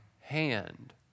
hand